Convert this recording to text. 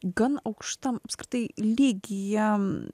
gan aukštam apskritai lygyje